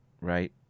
right